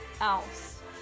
else